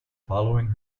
following